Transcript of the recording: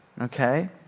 okay